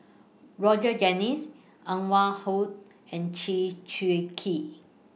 Roger Jenkins Anwarul and Chew Swee Kee